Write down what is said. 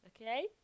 okay